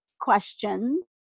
question